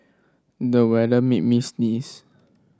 the weather made me sneeze